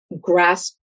grasp